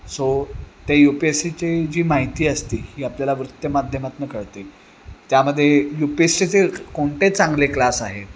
so ते U P S सीची जी माहिती असती ही आपल्याला वृत्तमाध्यमातून कळते त्यामध्ये यू पी एस सीचे कोणते चांगले क्लास आहेत